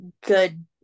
good